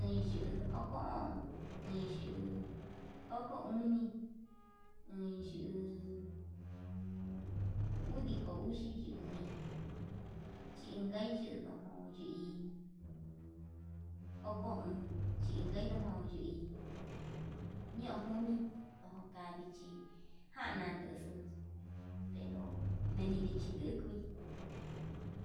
en yuu oko o'on, iin yuu oko oni inyuu udiko uxi yumi chinkai yedo o'on yii oko o'on chinkai yunei oko komi oko ka'a ndichi jan nan nduxuu pero meni ndichi nduu kui.